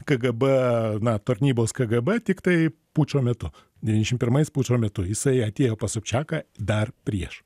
kgb na tarnybos kgb tiktai pučo metu devyniašim pirmais pučo metu jisai atėjo pas sobčiaką dar prieš